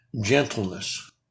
gentleness